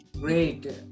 Great